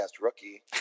rookie